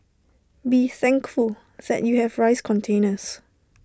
be thankful that you have rice containers